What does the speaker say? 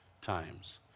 times